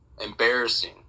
Embarrassing